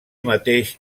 mateix